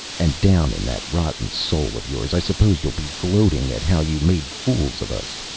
and down in that rotten soul of yours, i suppose you'll be gloating at how you made fools of us.